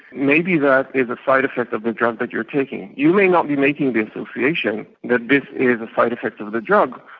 maybe that is a side effect of the drug that you're taking. you may not be making the association that this is a side effect of the drug,